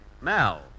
Mel